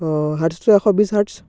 অ' হাৰ্টজটো এশ বিছ হাৰ্টজ